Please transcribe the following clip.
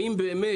האם באמת,